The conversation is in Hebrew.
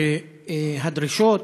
והדרישות